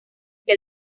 que